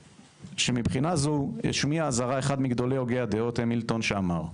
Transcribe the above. בכנסת:"...שמבחינה זו השמיע אזהרה אחד מגדולי הוגי הדעות המילטון שאמר: